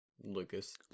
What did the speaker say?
Lucas